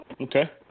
okay